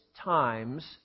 times